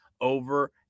over